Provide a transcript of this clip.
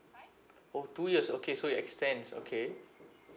oh two years okay so it extends okay